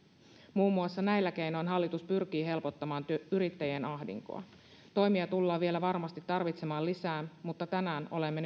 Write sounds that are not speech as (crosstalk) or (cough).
muun muassa näillä keinoin hallitus pyrkii helpottamaan yrittäjien ahdinkoa toimia tullaan vielä varmasti tarvitsemaan lisää mutta tänään olemme (unintelligible)